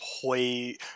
play